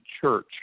church